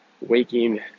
waking